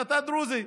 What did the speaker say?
אתה דרוזי.